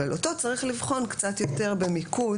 אבל אותו צריך לבחון קצת יותר במיקוד,